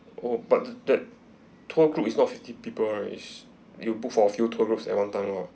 oh but that tour group is not fifty people right you book for a few tour group at one time lah